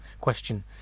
question